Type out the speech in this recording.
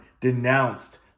denounced